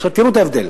עכשיו, תראו את ההבדל: